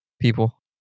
people